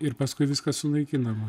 ir paskui viskas sunaikinama